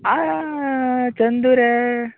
आ चंदु रे